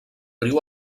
riu